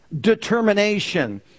determination